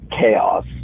chaos